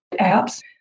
apps